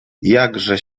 jakże